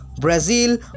Brazil